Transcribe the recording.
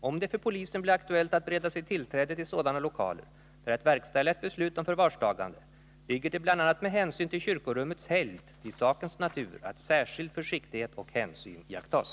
Om det för polisen blir aktuellt att bereda sig tillträde till sådana lokaler för att verkställa ett beslut om förvarstagande, ligger det bl.a. med hänsyn till kyrkorummets helgd i sakens natur att särskild försiktighet och hänsyn iakttas.